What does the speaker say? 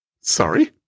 Sorry